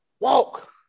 Walk